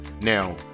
Now